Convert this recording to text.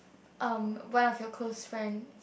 um one of your close friend